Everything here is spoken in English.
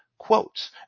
Quotes